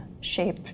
shape